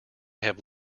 have